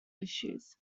issues